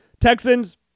Texans